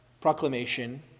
proclamation